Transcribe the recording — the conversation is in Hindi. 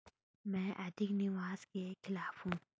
मैं अधिक निवेश के खिलाफ हूँ